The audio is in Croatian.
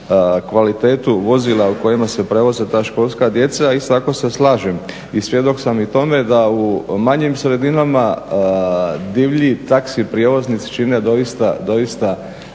kvalitetu vozila u kojima se prevoze ta školska djeca. I tako se slažem i svjedok sam i tome da u manjim sredinama divlji taksi prijevoznici čine doista